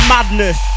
Madness